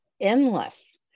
endless